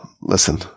listen